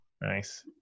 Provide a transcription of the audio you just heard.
nice